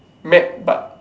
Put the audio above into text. mad but